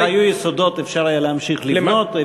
איפה שהיו יסודות אפשר היה להמשיך לבנות.